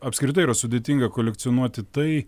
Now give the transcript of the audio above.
apskritai yra sudėtinga kolekcionuoti tai